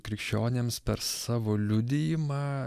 krikščionims per savo liudijimą